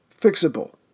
fixable